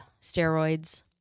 steroids